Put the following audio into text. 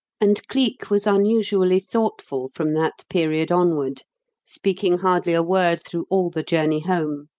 and cleek was unusually thoughtful from that period onward speaking hardly a word through all the journey home.